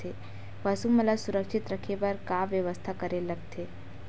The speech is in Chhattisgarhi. पशु मन ल सुरक्षित रखे बर का बेवस्था करेला लगथे?